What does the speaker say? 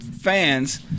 fans